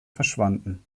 verschwanden